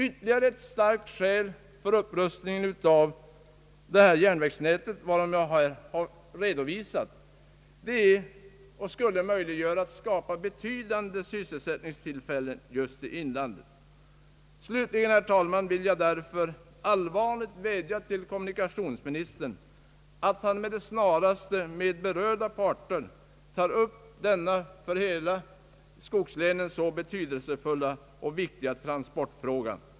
Ytterligare ett starkt skäl för den upprustning av järnvägsnätet, varom jag här talat, är att det skulle skapa betydande sysselsättningstillfällen just i inlandet. Till sist, herr talman, vill jag allvarligt vädja till kommunikationsministern att han med det snaraste med berörda parter tar upp denna för skogslänen så viktiga transportfråga.